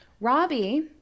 Robbie